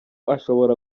ashobora